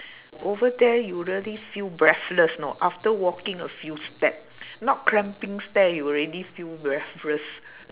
over there you really feel breathless know after walking a few step not climbing stair you already feel breathless